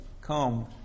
come